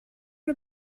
the